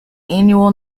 annual